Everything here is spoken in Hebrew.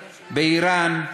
באיראן,